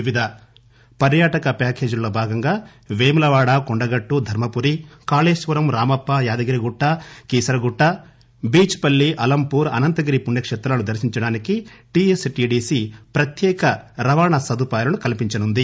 వివిధ పర్యాటక ప్యాకేజీలలో భాగంగా పేములవాడ కొండగట్టు ధర్మపురి కాళేశ్వరం రామప్ప యాదగిరిగుట్ట కీసరగుట్ట బీచ్ పల్లి ఆలంపూర్ అనంతగిరి పుణ్యక్షేత్రాలను దర్శించడానికి టిఎస్ టిడిసి ప్రత్యేక రవాణా సదుపాయాలను కల్పించనుంది